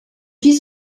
plis